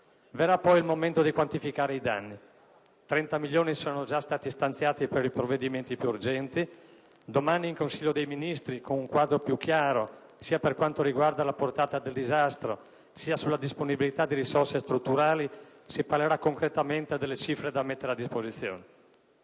Verrà poi il momento di quantificare i danni. Sono già stati stanziati per i provvedimenti più urgenti 30 milioni di euro. Domani, in Consiglio dei ministri, con un quadro più chiaro sia per quanto riguarda la portata del disastro sia sulla disponibilità di risorse strutturali, si parlerà concretamente delle cifre da mettere a disposizione.